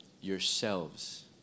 yourselves